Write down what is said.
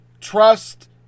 trust